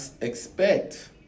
expect